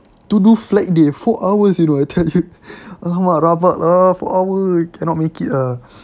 to do flag day four hours you know I tell you !alamak! rabak ah four hour cannot make it ah